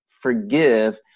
forgive